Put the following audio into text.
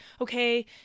okay